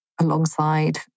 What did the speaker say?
alongside